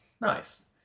Nice